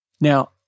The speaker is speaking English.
Now